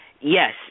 Yes